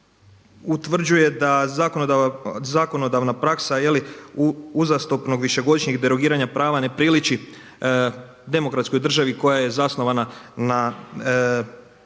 utvrđuje da zakonodavna praksa uzastopnog višegodišnjeg derogiranja prava ne priliči demokratskoj državi koja je zasnovana na